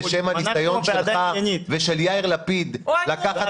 בשם הניסיון שלך ושל יאיר לפיד לקחת